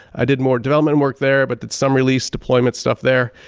i did more development work there but it's some released deployment stuff there.